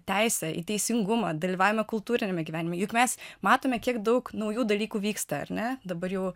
teisę į teisingumą dalyvavimą kultūriniame gyvenime juk mes matome kiek daug naujų dalykų vyksta ar ne dabar jau